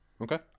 Okay